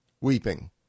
weeping